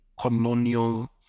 colonial